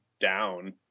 down